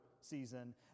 season